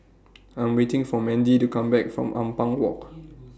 I'm waiting For Mandie to Come Back from Ampang Walk